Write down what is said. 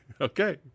Okay